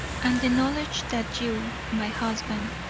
and the knowledge that you, my husband,